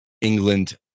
England